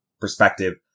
perspective